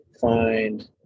find